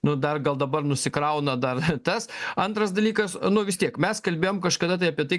nu dar gal dabar nusikrauna dar tas antras dalykas nu vis tiek mes kalbėjom kažkada tai apie tai